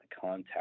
contact